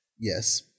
Yes